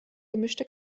gemischte